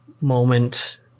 moment